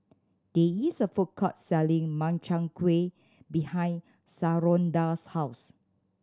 there is a food court selling Makchang Gui behind Shalonda's house